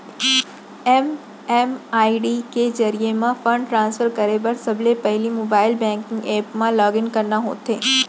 MMID के जरिये म फंड ट्रांसफर करे बर सबले पहिली मोबाइल बेंकिंग ऐप म लॉगिन करना होथे